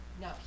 No